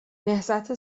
نهضت